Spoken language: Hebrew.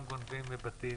גם מבתים.